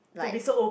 like